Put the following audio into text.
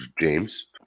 James